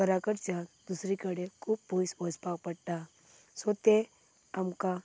घरा कडल्यान दुसरे कडेन खूब पयस वचपाक पडटा सो तें आमकां